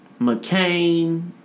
McCain